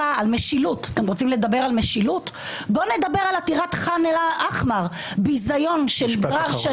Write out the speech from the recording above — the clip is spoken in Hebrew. רפורמות משפטיות אתה משרת אינטרסים פרסונליים של אנשים